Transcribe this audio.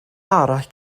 arall